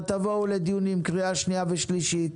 תבואו לדיון עם קריאה שנייה ושלישית ונבדוק.